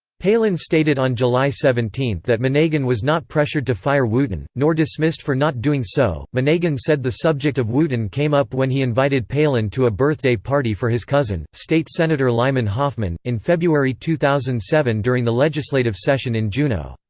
palin stated on july seventeen that monegan was not pressured to fire wooten, nor dismissed for not doing so monegan said the subject of wooten came up when he invited palin to a birthday party for his cousin, state senator lyman hoffman, in february two thousand and seven during the legislative session in juneau.